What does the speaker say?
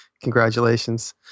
Congratulations